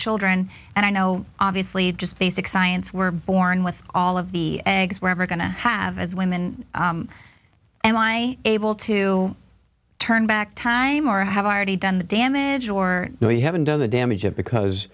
children and i know obviously just basic science we're born with all of the eggs we're ever going to have as women and i able to turn back time or i have already done the damage or we haven't done the damage up because